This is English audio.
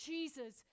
Jesus